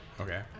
Okay